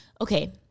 okay